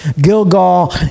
Gilgal